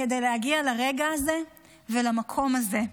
כדי להגיע לרגע הזה ולמקום הזה.